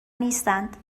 نیستند